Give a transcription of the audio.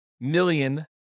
million